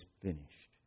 finished